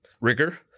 rigor